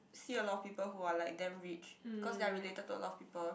see a lot of people who are like damn rich because they are related to a lot of people